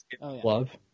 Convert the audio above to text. love